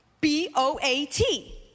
B-O-A-T